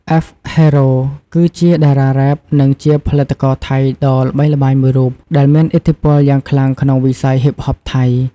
F.HERO គឺជាតារារ៉េប និងជាផលិតករថៃដ៏ល្បីល្បាញមួយរូប ដែលមានឥទ្ធិពលយ៉ាងខ្លាំងក្នុងវិស័យហ៊ីបហបថៃ។